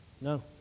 No